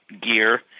gear